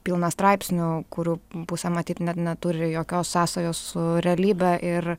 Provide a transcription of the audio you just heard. pilna straipsnių kurių pusę matyt net neturi jokios sąsajos su realybe ir